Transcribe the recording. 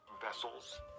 vessels